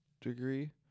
degree